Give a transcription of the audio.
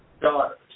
daughters